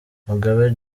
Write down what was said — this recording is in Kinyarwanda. mugabe